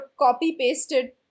copy-pasted